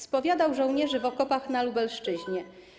spowiadał żołnierzy w okopach na Lubelszczyźnie.